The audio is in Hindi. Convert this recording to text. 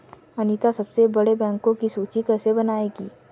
अनीता सबसे बड़े बैंकों की सूची कैसे बनायेगी?